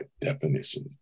definition